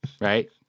Right